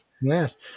Yes